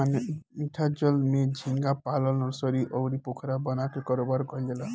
मीठा जल में झींगा पालन नर्सरी, अउरी पोखरा बना के कारोबार कईल जाला